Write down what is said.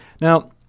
Now